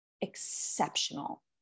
exceptional